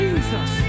Jesus